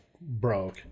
broke